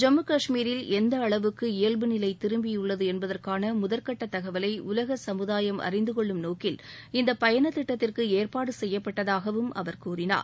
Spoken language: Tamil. ஜம்முகாஷ்மீரில் எந்த அளவுக்கு இயல்பு நிலை திரும்பியுள்ளது என்பதற்கான முதல்கட்ட தகவலை உலக சமுதாயம் அறிந்துகொள்ளும் நோக்கில் இந்த பயண திட்டத்திற்கு ஏற்பாடு செய்யப்பட்டதாகவும் அவர் கூறினார்